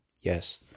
Yes